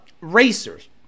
racers